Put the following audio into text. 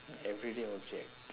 everyday object